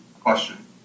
question